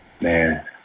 Man